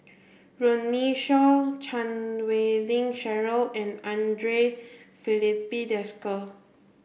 Runme Shaw Chan Wei Ling Cheryl and Andre Filipe Desker